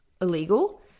illegal